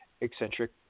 eccentric